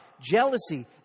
jealousy